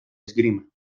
esgrima